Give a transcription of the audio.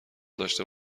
داشته